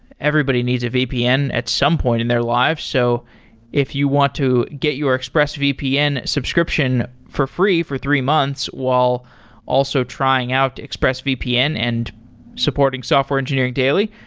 everybody needs at vpn at some point in their life. so if you want to get your expressvpn subscription for free for three months while also trying out expressvpn and supporting software engineering daily,